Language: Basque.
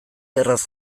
erraz